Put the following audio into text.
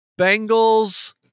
Bengals